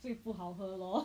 最不好喝 lor